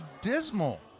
dismal